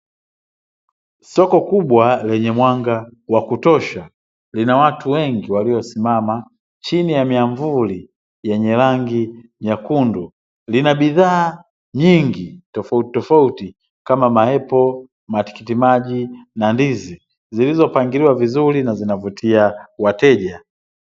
Soko kubwa lenye mwanga wa kutosha lina watu wengi waliosimama chini ya mwamvuli yenye rangi nyekundu, lina bidhaa nyingi tofautitofauti kama maepo, tikitimaji na ndizi zilizopangiliwa vizuri na zinavutia wateja.